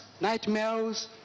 nightmares